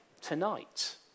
tonight